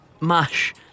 mash